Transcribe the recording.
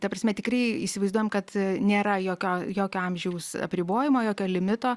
ta prasme tikrai įsivaizduojam kad nėra jokio jokio amžiaus apribojimo jokio limito